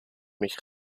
mich